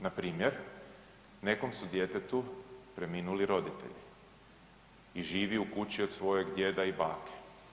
Npr. nekom su djetetu preminuli roditelji i živi u kući od svojeg djeda i bake.